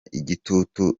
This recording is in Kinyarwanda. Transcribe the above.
igitutu